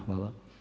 Hvala.